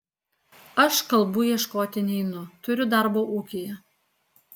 aš kalbų ieškoti neinu turiu darbo ūkyje